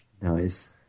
Nice